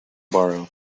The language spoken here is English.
borrow